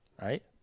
Right